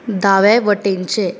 दावे वटेनचें